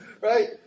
Right